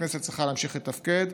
הכנסת צריכה להמשיך לתפקד.